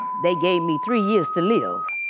they gave me three years to live.